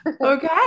Okay